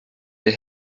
der